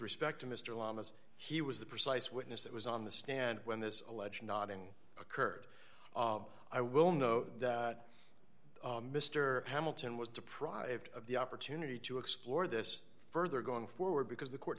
respect to mr lamas he was the precise witness that was on the stand when this alleged nodding occurred i will note that mr hamilton was deprived of the opportunity to explore this further going forward because the court